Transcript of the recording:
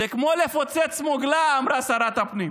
זה כמו לפוצץ מוגלה, אמרה שרת הפנים.